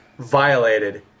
violated